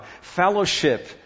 Fellowship